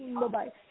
bye-bye